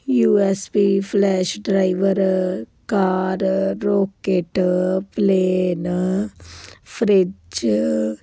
U S B flash driver car rocket plane fridge